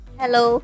hello